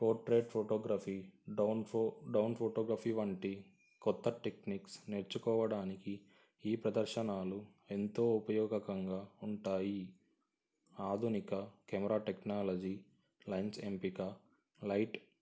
portrait photography డౌన్ ఫో డౌన్ ఫోటోగ్రఫీ వంటి కొత్త టెక్నిక్స్ నేర్చుకోవడానికి ఈ ప్రదర్శనలు ఎంతో ఉపయోగకరంగా ఉంటాయి ఆధునిక కెమెరా టెక్నాలజీ లెన్స్ ఎంపిక లైట్